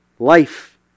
Life